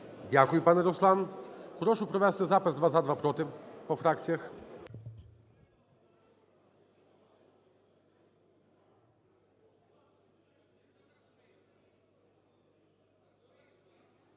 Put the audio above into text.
Дякую, пане Руслан. Прошу провести запис: два – за, два – проти, по фракціях.